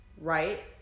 right